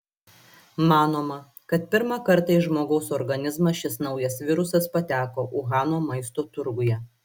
manoma kad pirmą kartą į žmogaus organizmą šis naujas virusas pateko uhano maisto turguje